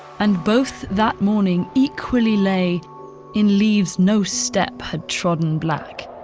and both that morning equally lay in leaves no step had trodden black.